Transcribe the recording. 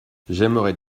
j’aimerais